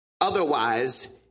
Otherwise